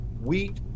wheat